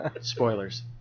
spoilers